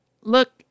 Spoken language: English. look